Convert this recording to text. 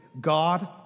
God